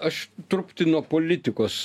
aš truputį nuo politikos